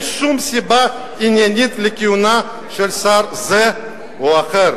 שום סיבה עניינית לכהונה של שר זה או אחר.